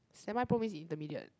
semi-pro means intermediate